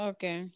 Okay